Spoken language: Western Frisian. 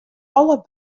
alle